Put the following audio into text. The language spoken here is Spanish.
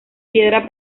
piedra